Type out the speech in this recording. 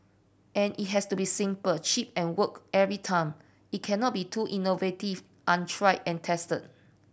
an it has to be simple cheap and work every time it cannot be too innovative untried and tested